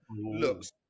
looks